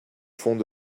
fond